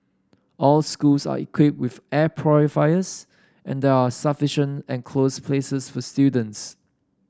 all schools are equipped with air purifiers and there are sufficient enclosed places for students